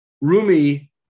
Rumi